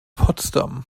potsdam